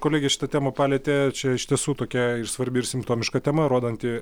kolegė šitą temą palietė čia iš tiesų tokia ir svarbi ir simptomiška tema rodanti